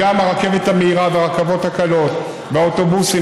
גם בגלל הרכבת המהירה והרכבות הקלות והאוטובוסים,